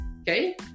Okay